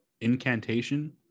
Incantation